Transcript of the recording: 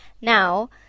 Now